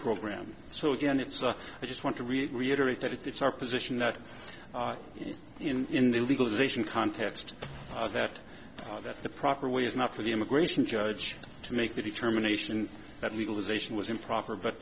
program so again it's i just want to read reiterate that it's our position that in the legalization context that that the proper way is not for the immigration judge to make the determination that legalization was improper but